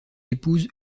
épouse